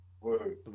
Word